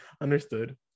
Understood